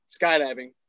skydiving